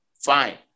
fine